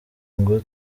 ngo